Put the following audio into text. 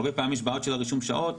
הרבה פעמים יש בעיות של רישום השעות.